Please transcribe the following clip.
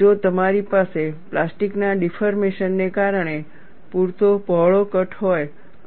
જો તમારી પાસે પ્લાસ્ટીકના ડિફોર્મેશન ને કારણે પૂરતો પહોળો કટ હોય